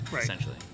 essentially